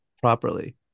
properly